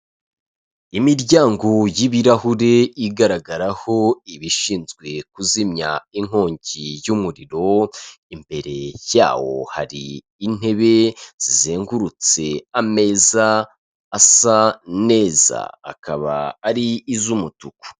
Imiryango y'ibirahure igaragaraho ibashinzwe kuzimya inkongi y'umuriro, imbere yawo hari intebe zizengurutse ameza asa neza, akaba ari iz'umutuku.